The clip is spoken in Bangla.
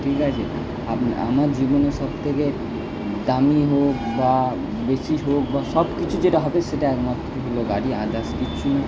ঠিক আছে আপ আমার জীবনের সব থেকে দামি হোক বা বেশি হোক বা সব কিচু যেটা হবে সেটা একমাত্র হলো গাড়ি আদার্স কিচ্ছু না